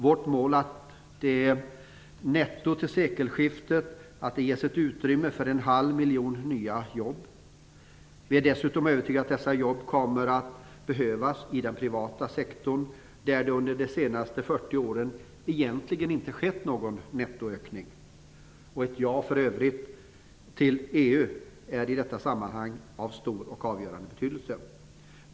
Vårt mål är att det till sekelskiftet ges utrymme för en halv miljon nya jobb netto. Vi är dessutom övertygade om att dessa jobb kommer att behövas i den privata sektorn, där det under de senaste 40 åren egentligen inte har skett någon nettoökning. Ett ja till EU är för övrigt i detta sammanhang av stor och avgörande betydelse.